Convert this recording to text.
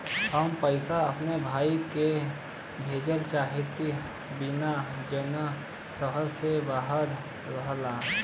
हम पैसा अपने भाई के भेजल चाहत बानी जौन शहर से बाहर रहेलन